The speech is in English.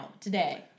today